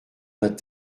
d’un